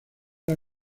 las